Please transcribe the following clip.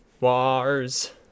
wars